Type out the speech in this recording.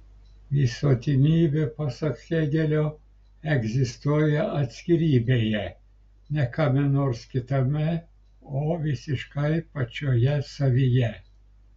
visuotinybė pasak hėgelio egzistuoja atskirybėje ne kame nors kitame o visiškai pačioje savyje